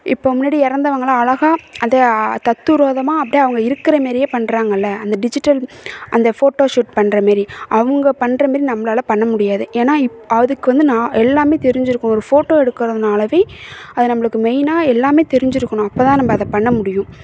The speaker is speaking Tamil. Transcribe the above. இப்போ முன்னாடி இறந்தவங்களாம் அழகா அந்த தத்ரூவாதமா அப்படியே அவங்க இருக்கிற மாரியே பண்ணுறாங்கள்ல அந்த டிஜிட்டல் அந்த ஃபோட்டோ ஷூட் பண்ற மாரி அவங்க பண்ணுற மாரி நம்மளால பண்ண முடியாது ஏன்னால் ப் அதுக்கு வந்து எல்லாமே தெரிஞ்சுருக்கணும் ஒரு ஃபோட்டோ எடுக்கிறதுனாலவே அது நம்மளுக்கு மெயினாக எல்லாமே தெரிஞ்சுருக்கணும் அப்போ தான் அதை நம்ம பண்ண முடியும்